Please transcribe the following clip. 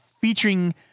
featuring